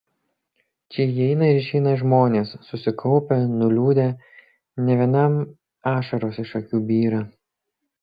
čia įeina ir išeina žmonės susikaupę nuliūdę ne vienam ašaros iš akių byra